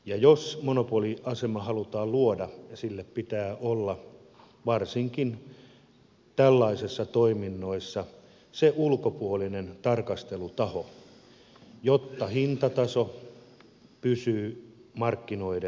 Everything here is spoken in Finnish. ja jos monopoliasema halutaan luoda sille pitää olla varsinkin tällaisissa toiminnoissa se ulkopuolinen tarkastelutaho jotta hintataso pysyy markkinoiden tasolla